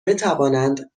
بتوانند